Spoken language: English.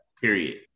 Period